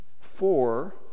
four